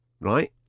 Right